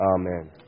Amen